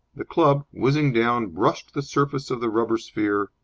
the club, whizzing down, brushed the surface of the rubber sphere,